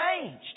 Changed